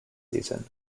season